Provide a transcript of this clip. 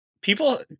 People